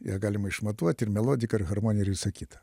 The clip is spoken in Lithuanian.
ją galima išmatuot ir melodiką ir harmoniją ir visą kitą